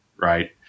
right